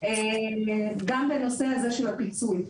גם בנושא הזה של הפיצול.